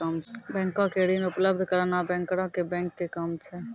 बैंको के ऋण उपलब्ध कराना बैंकरो के बैंक के काम छै